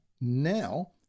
now